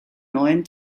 neuen